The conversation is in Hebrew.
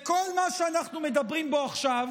כל מה שאנחנו מדברים בו עכשיו